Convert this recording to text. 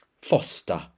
foster